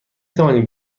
توانید